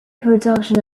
production